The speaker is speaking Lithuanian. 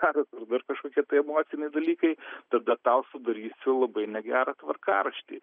ar dar kažkokie tai emociniai dalykai tada tau sudarysiu labai negerą tvarkaraštį